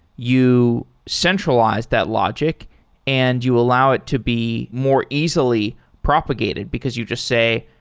you centralize that logic and you allow it to be more easily propagated, because you just say,